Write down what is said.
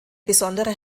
besondere